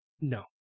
No